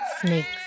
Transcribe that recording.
snakes